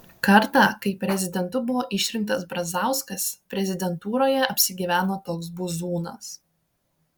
kartą kai prezidentu buvo išrinktas brazauskas prezidentūroje apsigyveno toks buzūnas